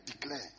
declare